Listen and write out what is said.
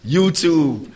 YouTube